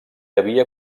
havia